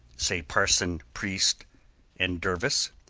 say parson, priest and dervise,